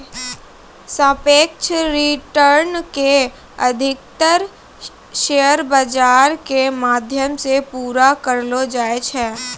सापेक्ष रिटर्न के अधिकतर शेयर बाजार के माध्यम से पूरा करलो जाय छै